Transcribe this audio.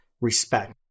respect